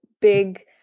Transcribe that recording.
big